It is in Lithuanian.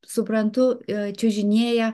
suprantu čiužinėja